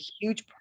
huge